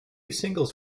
singles